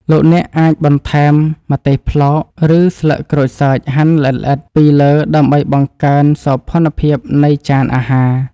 លោកអ្នកអាចបន្ថែមម្ទេសប្លោកឬស្លឹកក្រូចសើចហាន់ល្អិតៗពីលើដើម្បីបង្កើនសោភ័ណភាពនៃចានអាហារ។